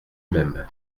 même